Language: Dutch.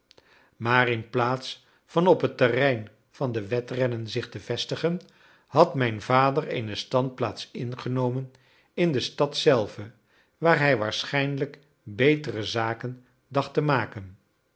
maar inplaats van op het terrein van de wedrennen zich te vestigen had mijn vader eene standplaats ingenomen in de stad zelve waar hij waarschijnlijk betere zaken dacht te maken